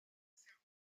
serbie